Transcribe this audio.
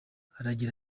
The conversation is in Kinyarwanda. aragira